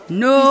no